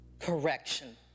correction